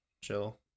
Chill